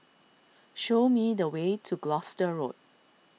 show me the way to Gloucester Road